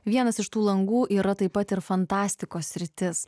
vienas iš tų langų yra taip pat ir fantastikos sritis